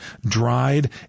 dried